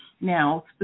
Now